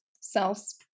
Cells